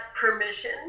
permission